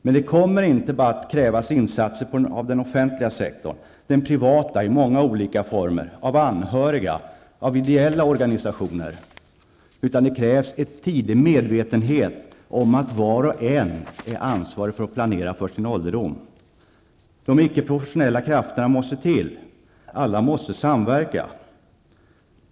Men det kommer inte bara att krävas insatser av den offentliga sektorn och den privata, olika former av insatser av anhöriga och ideella organisationer, utan det krävs dessutom en tidig medvetenhet om att var och en är ansvarig för att planera inför sin egen ålderdom. De ickeprofessionella krafterna måste till. Alla måste samverka.